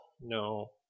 no